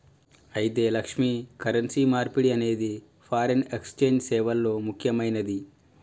అయితే లక్ష్మి, కరెన్సీ మార్పిడి అనేది ఫారిన్ ఎక్సెంజ్ సేవల్లో ముక్యమైనది